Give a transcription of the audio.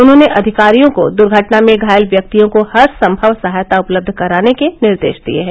उन्होंने अधिकारियों को दुर्घटना में घायल व्यक्तियों को हरसंभव सहायता उपलब्ध कराने के निर्देश दिए हैं